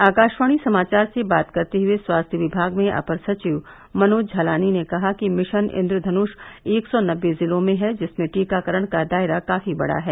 आकाशवाणी समाचार से बात करते हुए स्वास्थ्य विभाग में अपर सचिव मनोज झालानी ने कहा कि मिशन इंद्रधन्ष एक सौ नबे जिलों में है जिसमें टीकाकरण का दायरा काफी बड़ा है